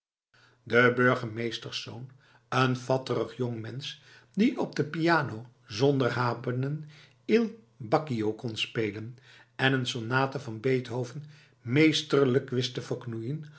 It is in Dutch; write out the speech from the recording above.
de burgermeesterszoon een fatterig jongmensch die op de piano zonder haperen il baccio kon spelen en een sonate van beethoven meesterlijk wist te verknoeien